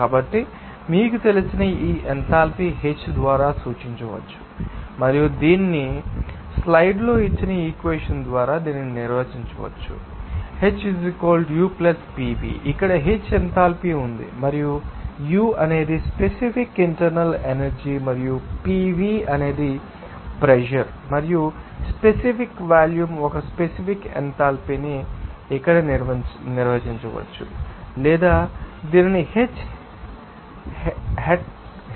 కాబట్టి మీకు తెలిసిన ఈ ఎంథాల్పీని H ద్వారా సూచించవచ్చు మరియు దీన్ని చేయవచ్చు స్లైడ్లలో ఇచ్చిన ఈ ఈక్వెషన్ ద్వారా దీనిని నిర్వచించవచ్చు ఇక్కడ H ఎంథాల్పీలో ఉంది మరియు U అనేది స్పెసిఫిక్ ఇంటర్నల్ ఎనర్జీ మరియు PV అనేది ప్రెషర్ మరియు స్పెసిఫిక్ వాల్యూమ్ ఒక స్పెసిఫిక్ ఎంథాల్పీని ఇక్కడ నిర్వచించవచ్చు లేదా దీనిని H హెట్ ద్వారా సూచించవచ్చు